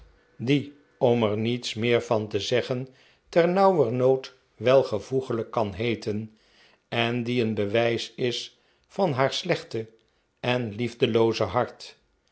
jutniets meer van te zeggen ternauwernood weivoeglijk kan heeten en die een bewijs is van haar slechte en liefdelooze hart